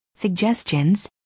suggestions